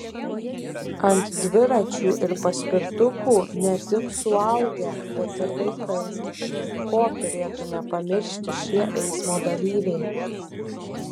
ant dviračių ir paspirtukų ne tik suaugę bet ir vaikai ko turėtų nepamiršti šie eismo dalyviai